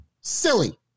Silly